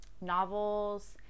novels